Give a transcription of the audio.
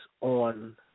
on